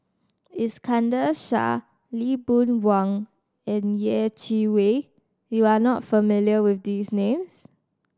Iskandar Shah Lee Boon Wang and Yeh Chi Wei you are not familiar with these names